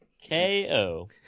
K-O